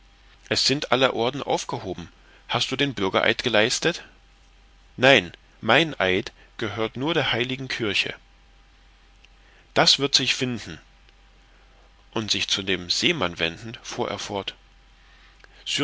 es sind alle orden aufgehoben hast du den bürgereid geleistet nein mein eid gehört nur der heiligen kirche das wird sich finden und sich zu dem seemann wendend fuhr